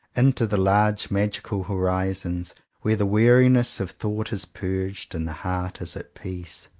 into the large magical horizons where the weariness of thought is purged, and the heart is at peace.